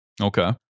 Okay